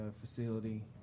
facility